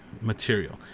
material